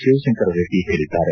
ಶಿವಶಂಕರ ರೆಡ್ಡಿ ಹೇಳಿದ್ದಾರೆ